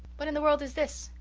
what in the world is this?